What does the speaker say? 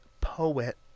poet